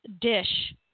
dish